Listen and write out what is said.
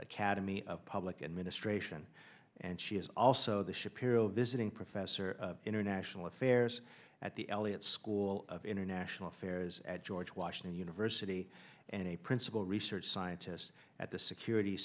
academy of public administration and she is also the shapiro visiting professor internet affairs at the elliott school of international affairs at george washington university and a principal research scientist at the security